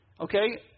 okay